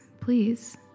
please